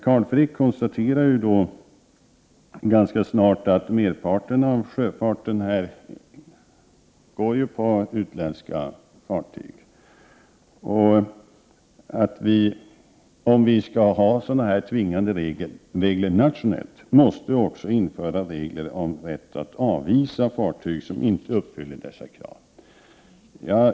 Carl Frick konstaterar att merparten av sjöfarten gäller utländska fartyg och att vi, om vi skall ha tvingande regler på nationell nivå, också måste införa regler om rätt att avvisa fartyg som inte uppfyller ställda krav.